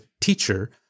teacher